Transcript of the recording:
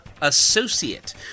associate